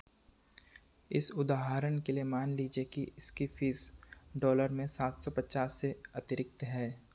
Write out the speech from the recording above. इस उदाहरण के लिए मान लीजिए कि इसकी फीस डॉलर में सात सौ पचास से अतिरिक्त है